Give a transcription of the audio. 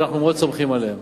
ואנחנו מאוד סומכים עליהם.